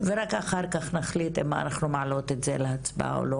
ורק אחר-כך נחליט אם אנחנו מעלות את זה להצבעה או לא,